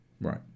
Right